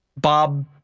Bob